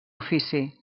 ofici